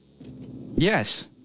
Yes